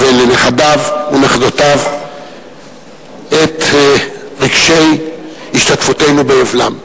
לנכדיו ונכדותיו את רגשי השתתפותנו באבלם.